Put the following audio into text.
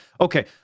Okay